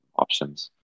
options